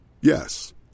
Yes